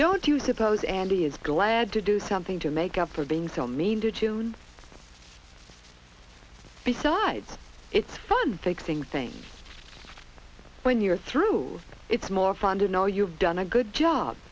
don't you suppose andy is glad to do something to make up for being so mean to june besides it's fun fixing things when you're through it's more fun to know you've done a good job